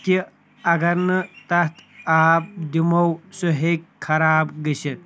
کہ اگر نہٕ تَتھ آب دِمو سُہ ہیٚکہ خراب گٔژھِتھ